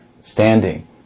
standing